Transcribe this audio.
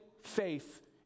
faith